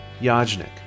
Yajnik